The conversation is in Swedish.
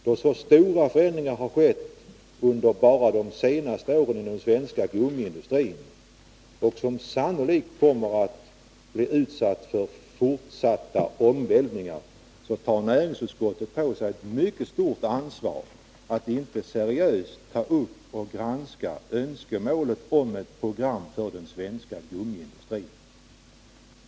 Då så stora nedskärningar har skett under bara de senaste åren inom den svenska gummiindustrin, som sannolikt kommer att bli utsatt för fortsatta omvälvningar, tar näringsutskottet på sig ett mycket stort ansvar, om det inte seriöst granskar önskemålet om ett program för denna industri.